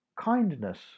Kindness